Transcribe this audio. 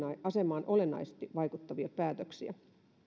asemaan olennaisesti vaikuttavia päätöksiä